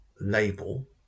label